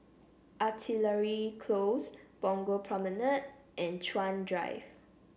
Artillery Close Punggol Promenade and Chuan Drive